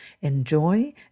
Enjoy